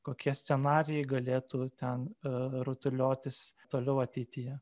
kokie scenarijai galėtų ten rutuliotis toliau ateityje